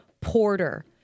porter